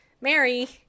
Mary